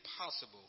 impossible